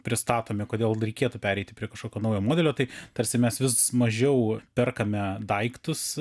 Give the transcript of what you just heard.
pristatomi kodėl reikėtų pereiti prie kažkokio naujo modelio tai tarsi mes vis mažiau perkame daiktus